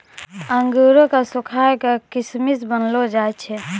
अंगूरो क सुखाय क किशमिश बनैलो जाय छै